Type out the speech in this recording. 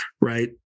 right